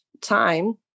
time